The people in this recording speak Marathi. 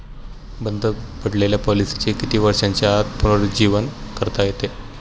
बंद पडलेल्या पॉलिसीचे किती वर्षांच्या आत पुनरुज्जीवन करता येते?